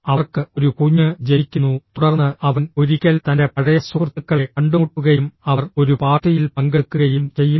അവർക്ക് ഒരു കുഞ്ഞ് ജനിക്കുന്നു തുടർന്ന് അവൻ ഒരിക്കൽ തൻറെ പഴയ സുഹൃത്തുക്കളെ കണ്ടുമുട്ടുകയും അവർ ഒരു പാർട്ടിയിൽ പങ്കെടുക്കുകയും ചെയ്യുന്നു